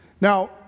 Now